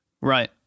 Right